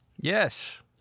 Yes